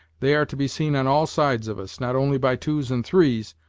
they are to be seen on all sides of us, not only by twos and threes,